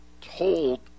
told